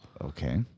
okay